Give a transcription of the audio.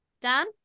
Dan